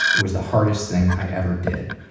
it was the hardest thing i ever did.